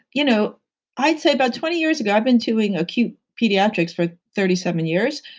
you know i'd say about twenty years ago, i've been doing acute pediatrics for thirty seven years.